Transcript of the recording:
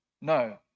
No